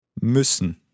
Müssen